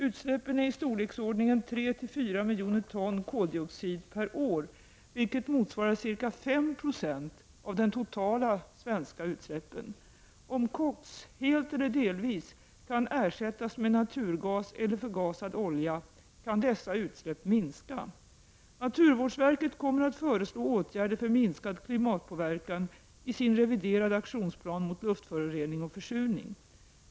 Utsläppen är i storleksordningen 3—4 miljoner ton koldioxid per år, vilket motsvarar ca 5 Jo av de totala svenska utsläppen. Om koks, helt eller delvis, kan ersättas med naturgas eller förgasad olja kan dessa utsläpp minska. Naturvårdsverket kommer att föreslå åtgärder för minskad klimatpåverkan i sin reviderade aktionsplan mot luftförorening och försurning.